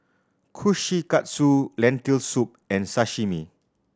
Kushikatsu Lentil Soup and Sashimi